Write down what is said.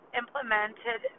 implemented